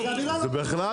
הכנסת.